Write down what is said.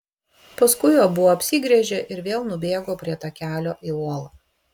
paskui abu apsigręžė ir vėl nubėgo prie takelio į uolą